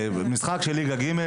נניח ומישהו התפרע במשחק ליגה ג',